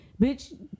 bitch